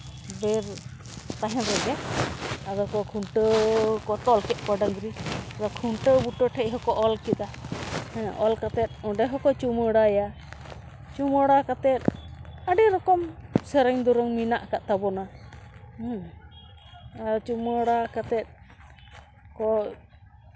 ᱵᱮᱨ ᱛᱟᱦᱮᱱ ᱨᱮᱜᱮ ᱟᱫᱚ ᱠᱚ ᱠᱷᱩᱱᱴᱟᱹᱣ ᱛᱚᱞ ᱠᱮᱜ ᱠᱚᱣᱟ ᱰᱟᱝᱨᱤ ᱟᱫᱚ ᱠᱷᱩᱱᱴᱟᱹᱣ ᱵᱩᱴᱟᱹ ᱴᱷᱮᱡ ᱦᱚᱸᱠᱚ ᱚᱞ ᱠᱮᱫᱟ ᱚᱞ ᱠᱟᱛᱮ ᱚᱸᱰᱮ ᱦᱚᱸᱠᱚ ᱪᱩᱢᱟᱹᱲᱟᱭᱟ ᱪᱩᱢᱟᱹᱲᱟ ᱠᱟᱛᱮ ᱟᱹᱰᱤ ᱨᱚᱠᱚᱢ ᱥᱮᱨᱮᱧ ᱫᱩᱨᱟᱝ ᱢᱮᱱᱟᱜ ᱟᱠᱟᱜ ᱛᱟᱵᱚᱱᱟ ᱦᱮᱸ ᱟᱨ ᱪᱩᱢᱟᱹᱲᱟ ᱠᱟᱛᱮ ᱠᱚ